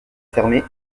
fermer